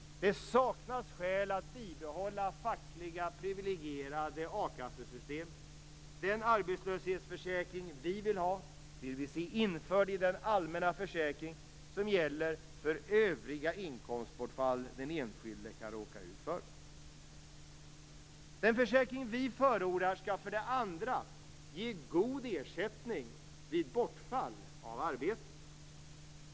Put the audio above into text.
Det saknas skäl att bibehålla fackliga privilegierade a-kassesystem. Den arbetslöshetsförsäkring vi vill ha vill vi se införd i den allmänna försäkring som gäller för övriga inkomstbortfall den enskilde kan råka ut för. Den försäkring vi förordar skall för det andra ge god ersättning vid bortfall av arbete.